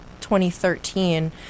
2013